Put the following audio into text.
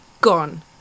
Gone